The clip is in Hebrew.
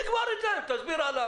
תודה, גברתי, סיימת את דברייך.